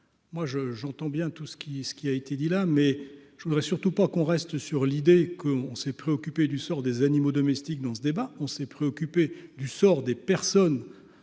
moi je j'entends bien tout ce qui est ce qui a été dit, là, mais je voudrais surtout pas qu'on reste sur l'idée que on s'est préoccupé du sort des animaux domestiques dans ce débat, on s'est préoccupé du sort des personnes